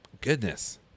Goodness